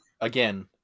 Again